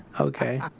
Okay